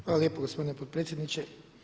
Hvala lijepo gospodine potpredsjedniče.